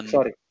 Sorry